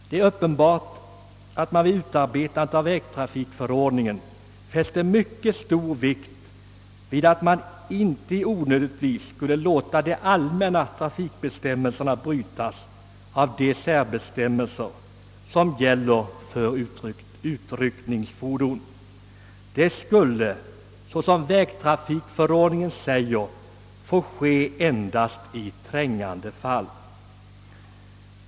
Det är uppenbart att man vid utar betandet av vägtrafikförordningen fäste mycket stor vikt vid att man inte onödigtvis skulle låta de allmänna trafikbestämmelserna brytas av de särbestämmelser som gäller för utryckningsfordon. Detta skulle, som vägtrafikförordningen säger, få ske endast i trängande fall.